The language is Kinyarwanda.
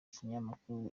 ikinyamakuru